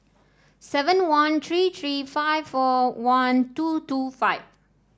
seven one three three five four one two two five